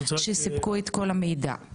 שסיפקו את כל המידע.